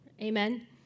Amen